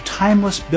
timeless